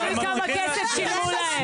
תלוי כמה כסף שילמו להם.